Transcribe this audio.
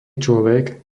človek